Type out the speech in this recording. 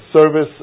service